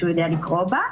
שהוא יודע לקרוא בה.